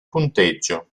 punteggio